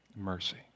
Mercy